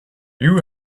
you